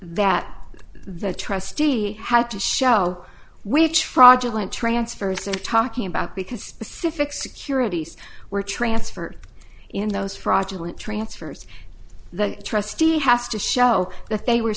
that the trustee had to show which fraudulent transfers are talking about because specific securities were transferred in those fraudulent transfers the trustee has to show that they were